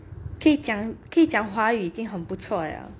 可以讲可以讲华语已经很不错了